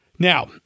Now